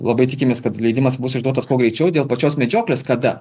labai tikimės kad leidimas bus išduotas kuo greičiau dėl pačios medžioklės kada